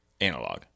analog